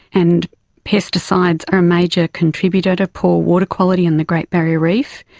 and pesticides are a major contributor to pool water quality in the great barrier reef.